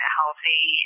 healthy